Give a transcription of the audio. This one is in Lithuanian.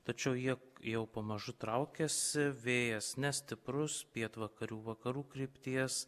tačiau jie jau pamažu traukiasi vėjas nestiprus pietvakarių vakarų krypties